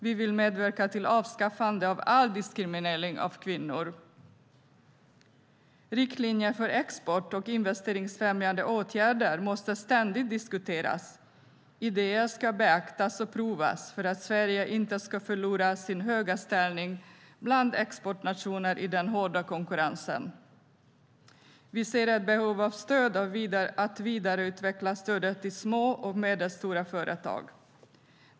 Vi vill medverka till avskaffande av all diskriminering av kvinnor. Riktlinjer för export och investeringsfrämjande åtgärder måste ständigt diskuteras. Idéer ska beaktas och provas för att Sverige inte ska förlora sin höga ställning bland exportnationer i den hårda konkurrensen. Vi ser ett behov av att vidareutveckla stödet till små och medelstora företag.